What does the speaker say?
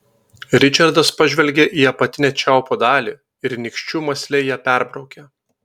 ričardas pažvelgė į apatinę čiaupo dalį ir nykščiu mąsliai ją perbraukė